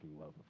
love